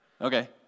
Okay